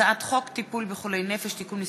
הצעת חוק טיפול בחולי נפש (תיקון מס'